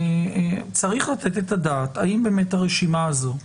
צריך לתת את הדעת האם באמת הרשימה הזאת,